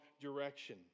direction